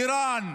איראן,